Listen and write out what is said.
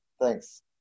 thanks